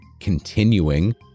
continuing